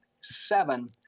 seven